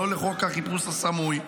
לא לחוק החיפוש הסמוי,